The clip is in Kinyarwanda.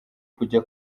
kujya